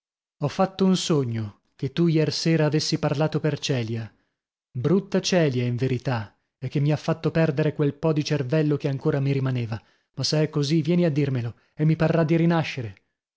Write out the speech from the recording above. ho fatto un sogno che tu iersera avessi parlato per celia brutta celia in verità e che mi ha fatto perdere quel po di cervello che ancora mi rimaneva ma se è così vieni a dirmelo e mi parrà di rinascere